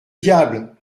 diable